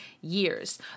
years